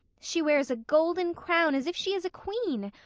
she wears a golden crown as if she is a queen.